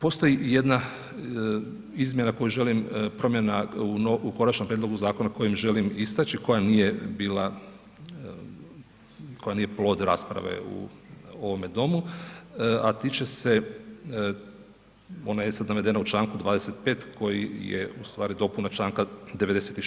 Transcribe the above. Postoji jedna izmjena koju želim, promjena u konačnom prijedlogu zakona koju želim istaći, koja nije bila, koja nije plod rasprave u ovome domu, a tiče se, ona je sad navedena u čl. 25 koja je u stvari dopuna čl. 96.